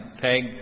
Peg